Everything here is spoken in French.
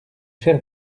faire